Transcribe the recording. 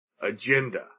agenda